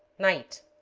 night